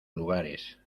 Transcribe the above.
lugares